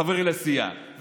חברי לסיעה,